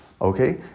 okay